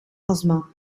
astma